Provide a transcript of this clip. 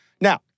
Now